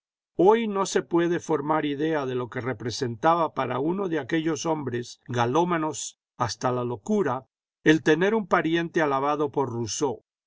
hoy no se puede formar idea de lo que representaba para uno de aquellos hombres galómanos hasta la locura el tener un pariente alabado por rousseau